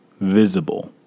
visible